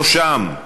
בראשם,